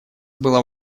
было